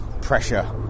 pressure